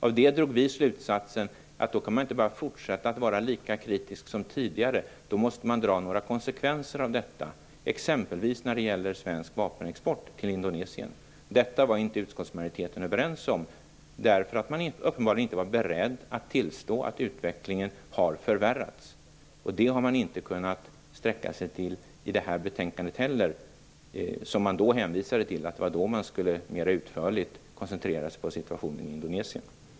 Av det drog vi slutsatsen att man inte bara kan fortsätta att vara lika kritisk som tidigare, utan att man då också måste dra konsekvenser av detta, exempelvis när det gäller svensk vapenexport till Indonesien. Detta var inte utskottsmajoriteten överens om, eftersom man uppenbarligen inte var beredd att tillstå att utvecklingen har förvärrats. Det har man inte kunnat sträcka sig till i det här betänkandet heller. Då hänvisade man ju till att det var nu vi mer utförligt skulle koncentrera oss på situationen i Indonesien.